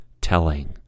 telling